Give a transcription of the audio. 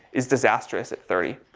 is disastrous at thirty.